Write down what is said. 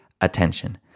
attention